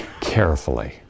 carefully